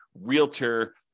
realtor